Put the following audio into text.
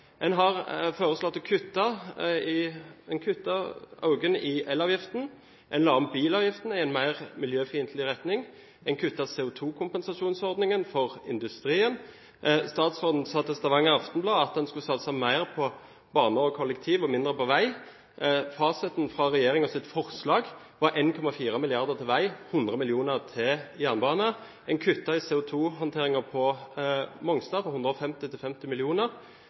En kuttet økningen i elavgiften, en la om bilavgiften i en mer miljøfiendtlig retning, og en kuttet CO2-kompensasjonsordningen for industrien. Statsråden sa til Stavanger Aftenblad at en skulle satse mer på bane og kollektiv og mindre på vei. Fasiten fra regjeringens forslag var 1,4 mrd. kr til vei og 100 mill. kr til jernbane. En kuttet i CO2-håndteringen på Mongstad fra 150 mill. kr til 50